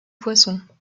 poissons